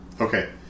Okay